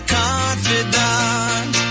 confidant